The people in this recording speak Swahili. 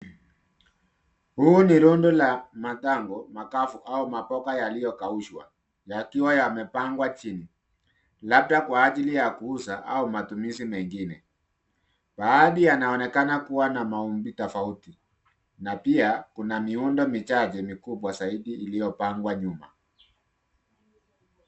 Huu ni rundo la mathango makavu au maboga yaliyokaushwa yakiwa yamepangwa chini labda kwa ajili ya kuuzwa au matumizi mengine. Baadhi yanaonekana kuwa na maumbi tofauti na pia kuna miundo michache mikubwa zaidi iliyopangwa nyuma.